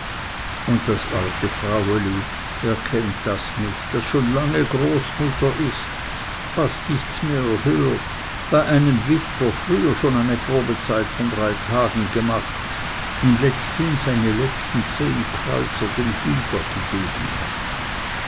und das fraueli wer kennt das nicht das schon lange großmutter ist fast nichts mehr hört bei einem witwer früher schon eine probezeit von drei tagen gemacht und letzthin seine letzten zehn kreuzer dem gyger gegeben hat